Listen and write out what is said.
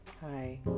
hi